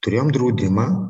turėjom draudimą